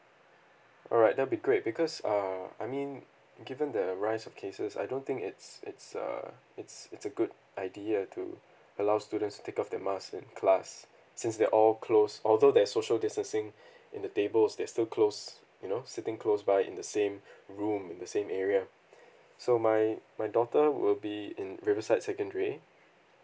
alright that'll be great because err I mean given the rise of cases I don't think it's it's a it's it's a good idea to allow students to take off their mask in class since they're all close although there's social distancing in the tables they're still close you know sitting close by in the same room in the same area so my my daughter would be in riverside secondary